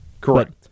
Correct